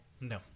No